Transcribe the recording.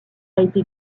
été